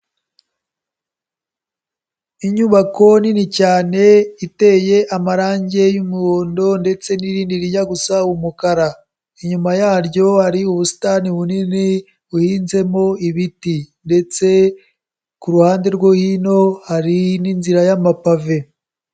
Inyubako nini cyane, iteye amarange y'umuhondo ndetse n'irindi rijya gusa umukara. Inyuma yaryo hari ubusitani bunini, buhinzemo ibiti ndetse ku ruhande rwaho hari n'inzira y'amapave.